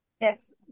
Yes